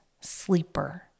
sleeper